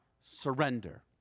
surrender